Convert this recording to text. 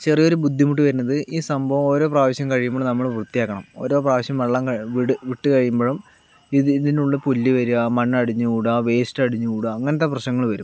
ചെറിയൊരു ബുദ്ധിമുട്ടു വരുന്നത് ഈ സംഭവം ഓരോ പ്രാവശ്യം കഴിയുമ്പോഴും നമ്മള് വൃത്തി ആക്കണം ഓരോ പ്രാവശ്യം വെള്ളം വിട്ടു കഴിയുമ്പോഴും ഇതിനുള്ളിൽ പുല്ല് വരിക മണ്ണ് അടിഞ്ഞു കൂടുക വേസ്റ്റ് അടിഞ്ഞു കൂടുക അങ്ങനത്തെ പ്രശ്നങ്ങള് വരും